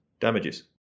damages